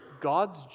God's